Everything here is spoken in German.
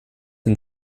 den